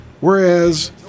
Whereas